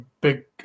big